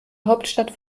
hauptstadt